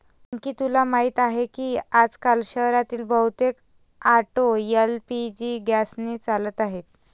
पिंकी तुला माहीत आहे की आजकाल शहरातील बहुतेक ऑटो एल.पी.जी गॅसने चालत आहेत